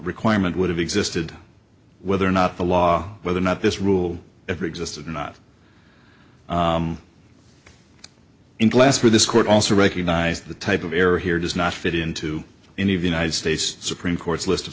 requirement would have existed whether or not the law whether or not this rule ever existed or not in class where this court also recognized the type of error here does not fit into any of the united states supreme court's list